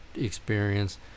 experience